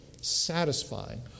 satisfying